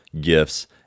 gifts